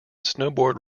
snowboard